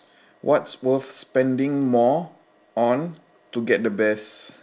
what's worth spending more on to get the best